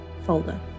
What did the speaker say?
folder